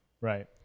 right